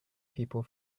people